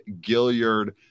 Gilliard